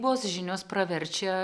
bos žinios praverčia